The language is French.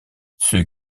ceux